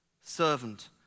Servant